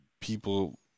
people